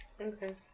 okay